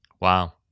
Wow